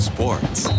Sports